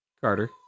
Carter